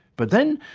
but then,